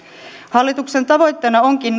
hallituksen tavoitteena onkin